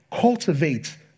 Cultivate